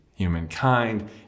Humankind